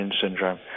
syndrome